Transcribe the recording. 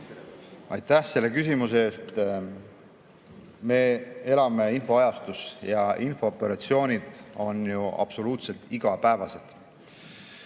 Aitäh selle küsimuse eest! Me elame infoajastul ja infooperatsioonid on absoluutselt igapäevased.